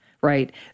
right